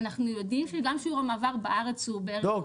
אנחנו יודעים שגם שיעור המעבר בארץ הוא בערך --- לא,